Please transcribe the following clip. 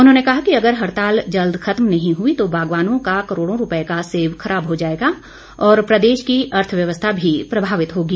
उन्होंने कहा कि अगर हड़ताल जल्द खत्म नहीं हुई तो बागवानों का करोड़ों रुपये का सेब खराब हो जाएगा और प्रदेश की अर्थव्यवस्था भी प्रभावित होगी